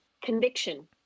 conviction